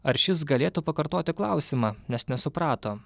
ar šis galėtų pakartoti klausimą nes nesuprato